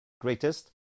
greatest